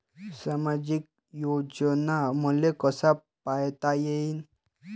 सामाजिक योजना मले कसा पायता येईन?